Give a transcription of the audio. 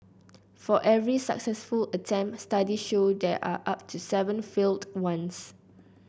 for every successful attempt studies show there are up to seven failed ones